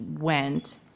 went